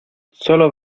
solo